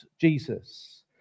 Jesus